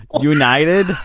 United